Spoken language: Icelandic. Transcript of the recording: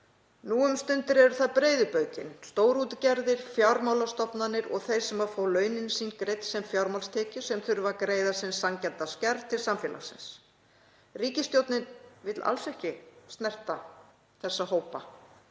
Nú um stundir eru það breiðu bökin, stórútgerðir, fjármálastofnanir og þeir sem fá launin sín greidd sem fjármagnstekjur sem þurfa að greiða sinn sanngjarna skerf til samfélagsins. Ríkisstjórnin vill alls ekki snerta þessa hópa